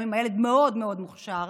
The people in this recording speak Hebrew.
גם אם הילד מאוד מאוד מוכשר.